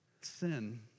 sin